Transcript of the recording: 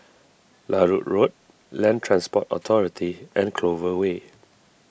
Larut Road Land Transport Authority and Clover Way